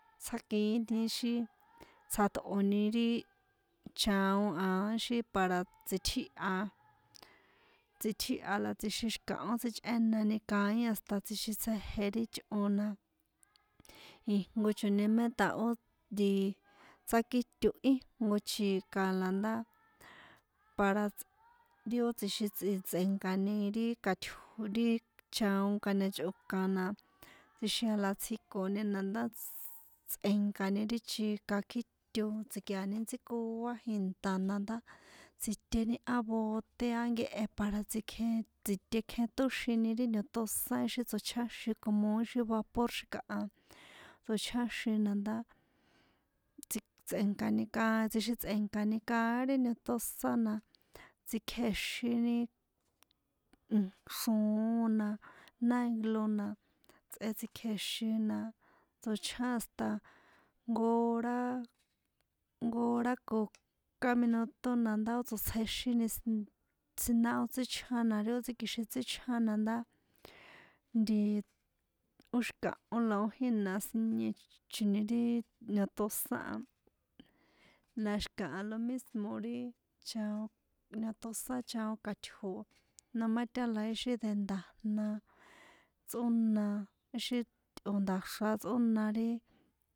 Tsjákini ixi tajstꞌoni ri chaon an ixi para tsꞌitjíha tsꞌitjíha la tsjixin xi̱kahón sichꞌéna kaín hasta tsjixin tsjéje̱ ri ichꞌo na ijnkochoni mé ta ó tsákito íjnko chika la ndá para tsꞌ ri ó tjxin tsꞌe̱nkani ri ka̱t ri chaon nkatachꞌokan na tsjixian la tsjiko na ndá tsꞌe̱nnnkani ri chika kjíto tsi̱kiani ntsíkoa jinta na ndá tsjite á bote ha a nkehe para tsikjen tsitekjetóxini ri ñotosán como ixi tschjáxin ixi vapor xi̱kaha tsochjáxin na ndá tsí tsꞌe̱nkani ka tsjixin tsꞌe̱nkani kaín ri niotosán na tsikjéxini nn xroon na naiglona tsꞌe tsikjèxin na tsochján hatsa jnko hora jnko hora ko kán minuto na ndá ó tsotsjexini ss siná ó tsíchjá na ri ó tsíkjixin tsíchján na ndá nti ó xi̱kahó la ó jina siniechoni ti niotosán a la xi̱kaha lo mismo ri chaon niotosán chaon kaṭjo̱ noma taha la ixi de nda̱jna tsꞌóna ixi tꞌo̱ nda̱xra tsꞌóna ri.